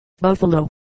Buffalo